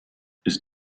ist